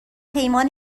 پیمان